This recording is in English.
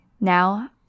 Now